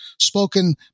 spoken